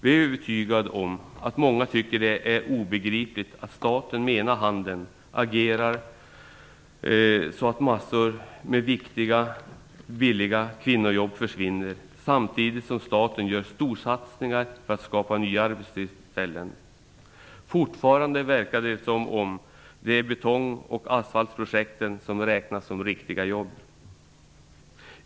Vi är övertygade om att många tycker att det är obegripligt att staten agerar så att mängder med viktiga, billiga kvinnojobb försvinner samtidigt som staten gör storsatsningar för att skapa nya arbetstillfällen. Fortfarande verkar det som om det är betong och asfaltprojekten som räknas som riktiga jobb.